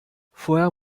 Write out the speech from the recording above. vorher